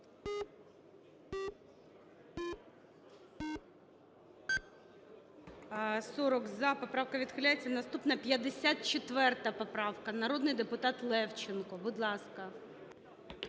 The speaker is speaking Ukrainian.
За-40 Поправка відхиляється. Наступна 54 поправка, народний депутат Левченко. Будь ласка.